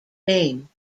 name